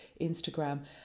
Instagram